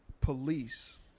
police